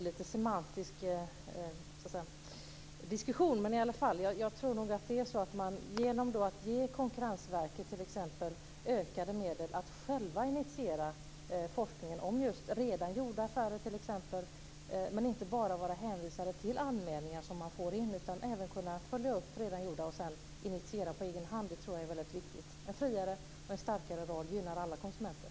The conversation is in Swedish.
Fru talman! Det blir en lite semantisk diskussion. Men jag tror nog i alla fall att man skulle kunna ge Konkurrensverket ökade medel så att de själva kan initiera forskning om t.ex. redan gjorda affärer och inte bara vara hänvisade till de anmälningar som man får in. Man skall även kunna följa upp. Att kunna initiera på egen hand tror jag är väldigt viktigt. En friare och starkare roll gynnar alla konsumenter.